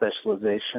specialization